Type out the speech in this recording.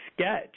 sketch